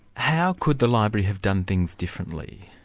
how could the library have done things differently?